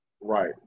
Right